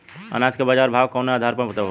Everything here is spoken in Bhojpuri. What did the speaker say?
अनाज क बाजार भाव कवने आधार पर तय होला?